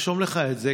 תרשום לך את זה,